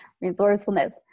resourcefulness